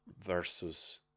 versus